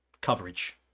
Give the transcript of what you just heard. coverage